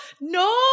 No